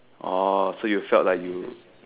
oh so you felt like you